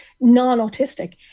non-autistic